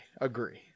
agree